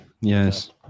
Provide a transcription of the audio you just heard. yes